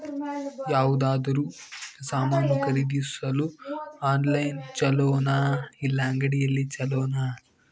ಯಾವುದಾದರೂ ಸಾಮಾನು ಖರೇದಿಸಲು ಆನ್ಲೈನ್ ಛೊಲೊನಾ ಇಲ್ಲ ಅಂಗಡಿಯಲ್ಲಿ ಛೊಲೊನಾ?